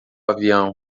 avião